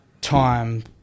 time